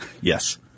Yes